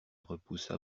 repoussa